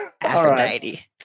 Aphrodite